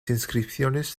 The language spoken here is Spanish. inscripciones